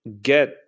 get